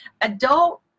adult